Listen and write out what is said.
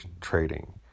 trading